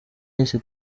yise